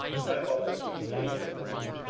i offered to pay for one,